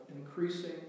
increasing